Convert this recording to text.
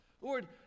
Lord